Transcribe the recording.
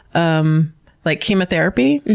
um like, chemotherapy